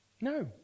No